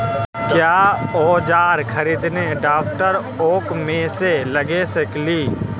क्या ओजार खरीदने ड़ाओकमेसे लगे सकेली?